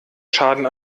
schaden